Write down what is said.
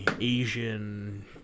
Asian